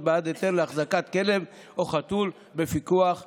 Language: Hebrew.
בעד היתר להחזקת כלב או חתול בפיקוח והשגחה.